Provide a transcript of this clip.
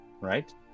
right